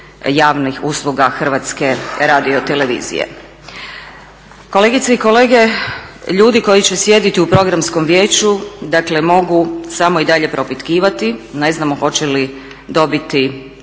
javnih usluga HRT-a. Kolegice i kolege, ljudi koji će sjediti u Programskom vijeću dakle mogu samo i dalje propitkivati, ne znamo hoće li dobiti